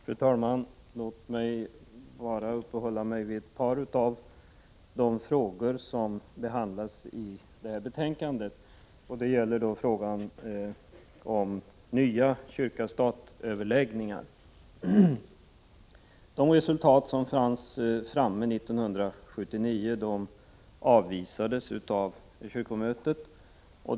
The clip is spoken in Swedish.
Fru talman! Låt mig bara uppehålla mig vid ett par av de frågor som behandlas i detta betänkande. Det gäller först frågan om nya kyrka-statöverläggningar. De resultat som fanns 1979 avvisades av kyrkomötet.